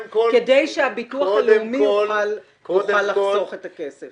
כדי שהביטוח הלאומי יוכל לחסוך את הכסף?